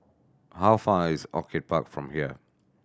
how far is Orchid Park from here